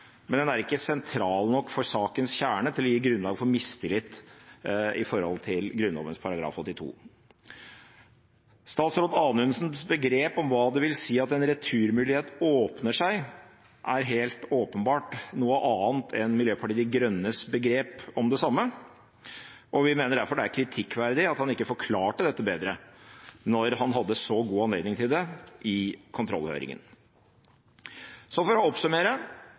men den er ikke sentral nok for sakens kjerne til å gi grunnlag for mistillit i henhold til Grunnloven § 82. Statsråd Anundsens begrep om hva det vil si at en returmulighet åpner seg, er helt åpenbart noe annet enn Miljøpartiet De Grønnes begrep om det samme, og vi mener derfor det er kritikkverdig at han ikke forklarte dette bedre når han hadde så god anledning til det i kontrollhøringen. For å oppsummere: